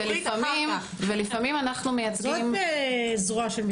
אנו מייצגים גם את הפוגעים לפעמים.